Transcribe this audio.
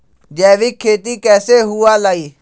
जैविक खेती कैसे हुआ लाई?